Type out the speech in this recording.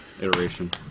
Iteration